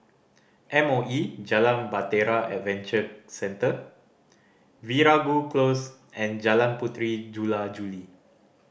M O E Jalan Bahtera Adventure Centre Veeragoo Close and Jalan Puteri Jula Juli